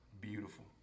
Beautiful